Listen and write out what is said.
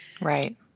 Right